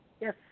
Yes